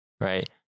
right